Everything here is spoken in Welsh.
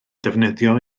defnyddio